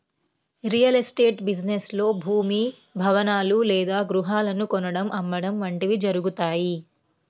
real estate business లో భూమి, భవనాలు లేదా గృహాలను కొనడం, అమ్మడం వంటివి జరుగుతుంటాయి